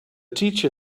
teacher